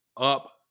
up